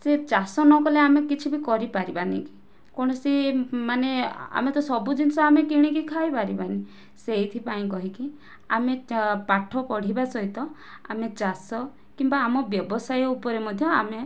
ଚାଷ ନ କଲେ ଆମେ କିଛି ବି କରିପାରିବାନି କୌଣସି ମାନେ ଆମେ ତ ସବୁ ଜିନିଷ ଆମେ କିଣିକି ଖାଇପାରିବାନି ସେଇଥିପାଇଁ କହିକି ଆମେ ପାଠ ପଢ଼ିବା ସହିତ ଆମେ ଚାଷ କିମ୍ବା ଆମ ବ୍ୟବସାୟ ଉପରେ ମଧ୍ୟ ଆମେ